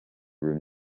room